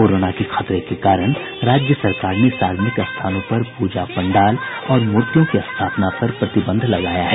corona को खतरे के कारण राज्य सरकार ने सार्वजनिक स्थनों पर प्रजा पंडाल और मूर्तियों की स्थापना पर प्रतिबंध लगाया है